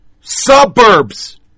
Suburbs